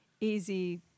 easy